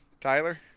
Tyler